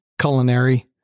culinary